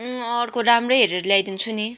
अर्को राम्रो हेरेर ल्याइदिन्छु नि